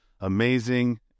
amazing